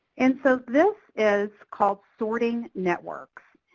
and so this is called sorting networks.